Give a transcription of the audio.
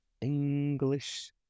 English